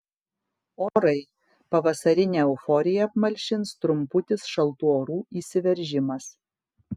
orai pavasarinę euforiją apmalšins trumputis šaltų orų įsiveržimas